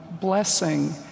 blessing